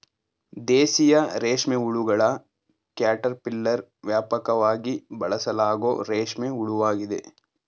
ದೇಶೀಯ ರೇಷ್ಮೆಹುಳುಗಳ ಕ್ಯಾಟರ್ಪಿಲ್ಲರ್ ವ್ಯಾಪಕವಾಗಿ ಬಳಸಲಾಗೋ ರೇಷ್ಮೆ ಹುಳುವಾಗಿದೆ